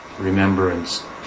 remembrance